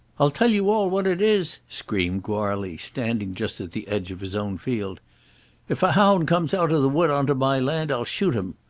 i'll tell you all what it is, screamed goarly, standing just at the edge of his own field if a hound comes out of the wood on to my land, i'll shoot him.